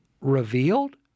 revealed